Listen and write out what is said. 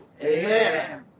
Amen